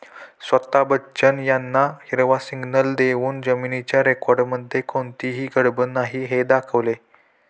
स्वता बच्चन यांना हिरवा सिग्नल देऊन जमिनीच्या रेकॉर्डमध्ये कोणतीही गडबड नाही हे दाखवले